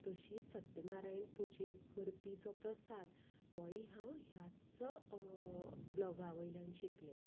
तशीच सत्यनारायण पुजेक करपी जो प्रसाद तोयी हांव ह्याच ब्लाॅगावयल्यान शिकलें